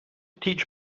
teach